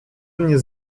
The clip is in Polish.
mnie